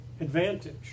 advantage